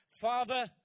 Father